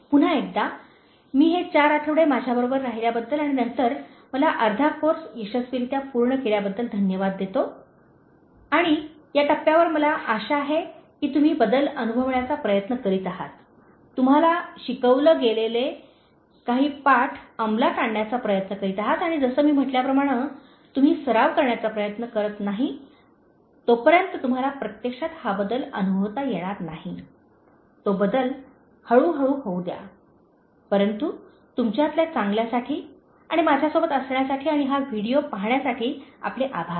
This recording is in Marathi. पुन्हा एकदा मी हे चार आठवडे माझ्याबरोबर राहिल्याबद्दल आणि नंतर मला अर्धा कोर्स यशस्वीरित्या पूर्ण केल्याबद्दल धन्यवाद देतो आणि या टप्प्यावर मला आशा आहे की तुम्ही बदल अनुभवण्याचा प्रयत्न करीत आहात तुम्हाला शिकवले गेलेले काही पाठ अंमलात आणण्याचा प्रयत्न करीत आहात आणि जसे मी म्हटल्याप्रमाणे तुम्ही सराव करण्याचा प्रयत्न करत नाही तोपर्यंत तुम्हाला प्रत्यक्षात हा बदल अनुभवता येणार नाही तो बदल हळूहळू होऊ द्या परंतु तुमच्यातल्या चांगल्यासाठी आणि माझ्यासोबत असण्यासाठी आणि हा व्हिडिओ पाहण्यासाठी आपले आभार